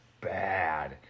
bad